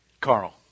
Carl